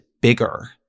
bigger